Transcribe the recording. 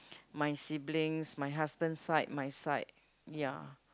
my siblings my husband side my side ya